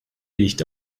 liegt